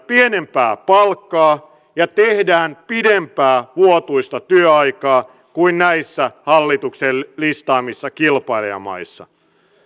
pienempää palkkaa ja tehdään pidempää vuotuista työaikaa kuin näissä hallituksen listaamissa kilpailijamaissa